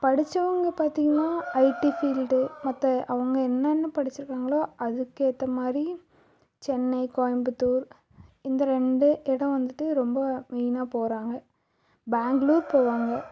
படித்தவங்க பார்த்தீங்கன்னா IT field மற்ற அவங்க என்னென்ன படித்திருக்காங்களோ அதுக்கேற்ற மாதிரி சென்னை கோயம்புத்தூர் இந்த ரெண்டு இடம் வந்துட்டு ரொம்ப மெயினாக போகிறாங்க பாங்களூர் போவாங்க